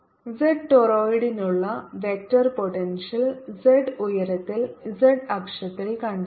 z toroid നുള്ള vector potential z ഉയരത്തിൽ z അക്ഷത്തിൽ കണ്ടെത്തുക